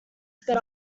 sped